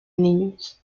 niños